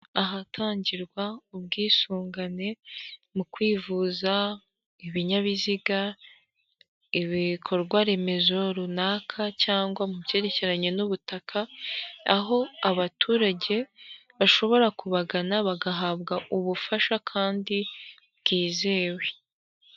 Ahatangirwa ubwisungane mu kwivuza, ibinyabiziga, ibikorwaremezo runaka cyangwa mu byerekeranye n'ubutaka, aho abaturage bashobora kubagana bagahabwa ubufasha kandi bwizewe.